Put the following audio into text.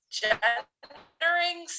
gendering